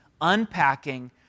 unpacking